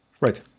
right